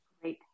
Great